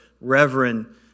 Reverend